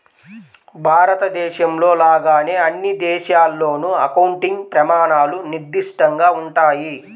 భారతదేశంలో లాగానే అన్ని దేశాల్లోనూ అకౌంటింగ్ ప్రమాణాలు నిర్దిష్టంగా ఉంటాయి